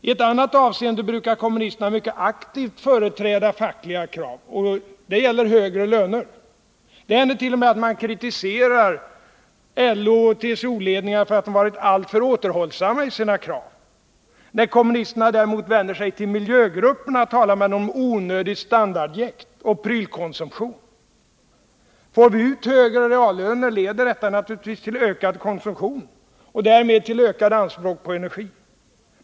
I ett annat avseende brukar kommunisterna mycket aktivt företräda fackliga krav, och det gäller högre löner. Det händer t.o.m. att man kritiserar LO och TCO-ledningarna för att vara alltför återhållsamma i sina krav. När kommunisterna däremot vänder sig till miljögrupperna, talar man om onödigt standardjäkt och prylkonsumtion. Får vi ut högre reallöner, leder detta naturligtvis till ökad konsumtion och därmed till stigande anspråk på energi.